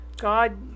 God